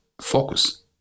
focus